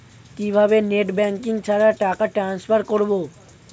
কিভাবে net banking ছাড়া টাকা ট্রান্সফার করবো?